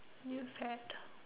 new fad